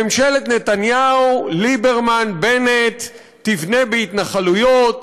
ממשלת נתניהו-ליברמן-בנט תבנה בהתנחלויות